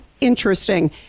interesting